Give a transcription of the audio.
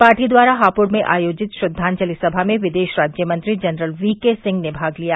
party द्वारा हापुड़ में आयोजित श्रद्वांजलि सभा में विदेश राज्यमंत्री जनरल वीकेसिंह ने भाग लिया